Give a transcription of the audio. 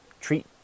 treat